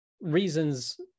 reasons